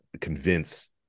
convince